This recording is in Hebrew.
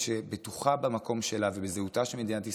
שבטוחה במקום שלה ובזהותה של מדינת ישראל,